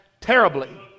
terribly